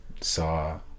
saw